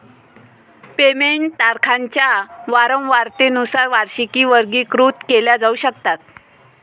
payment तारखांच्या वारंवारतेनुसार वार्षिकी वर्गीकृत केल्या जाऊ शकतात